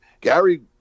Gary